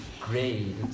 great